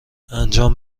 انجام